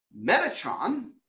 Metatron